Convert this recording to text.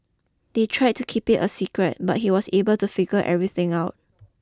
they try to keep it a secret but he was able to figure everything out